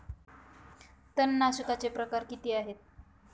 तणनाशकाचे प्रकार किती आहेत?